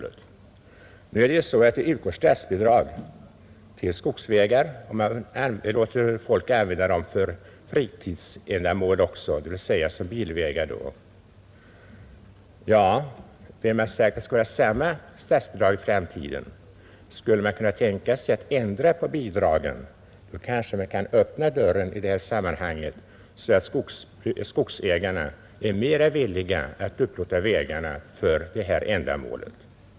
Det påpekas att statsbidrag bara utgår till byggnadskostnaderna för skogsvägar, som folk sedan får använda också för fritidsändamål, dvs. som bilvägar. Ja, men vem har sagt att det skall vara samma statsbidrag i framtiden? Skulle man inte kunna tänka sig att ändra bidragen? Då kanske man kunde öppna dörren i detta sammanhang, så att skogsägarna blev mera villiga att upplåta vägarna för detta ändamål.